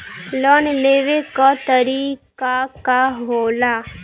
Loan लेवे क तरीकाका होला?